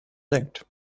denkt